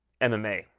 MMA